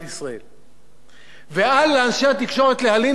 ואל לאנשי התקשורת להלין מדוע הציבור לא,